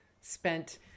spent